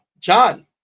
John